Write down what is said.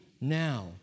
now